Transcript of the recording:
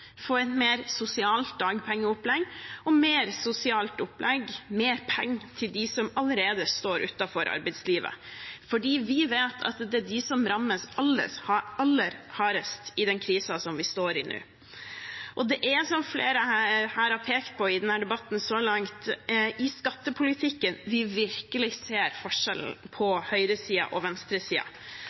få et mer sosialt dagpengeopplegg og mer sosialt opplegg med penger til dem som allerede står utenfor arbeidslivet, fordi vi vet at det er de som rammes aller hardest i den krisen som vi står i nå. Det er, som flere har pekt på i denne debatten så langt, i skattepolitikken vi virkelig ser forskjellen på høyresiden og